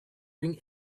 bring